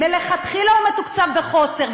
מלכתחילה הוא מתוקצב בחוסר,